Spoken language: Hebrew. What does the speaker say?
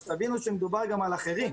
תבינו שמדובר גם על אחרים.